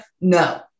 No